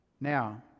Now